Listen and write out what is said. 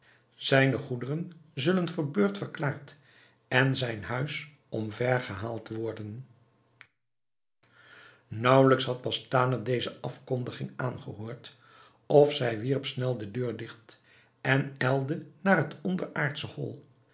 zijne goederen zullen verbeurd verklaard en zijn huis omver gehaald worden naauwelijks had bastane deze afkondiging aangehoord of zij wierp snel de deur digt en ijlde naar het onderaardsche hol